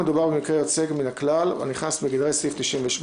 מדובר ב'מקרה יוצא מן הכלל' הנכנס בגדרי סעיף 98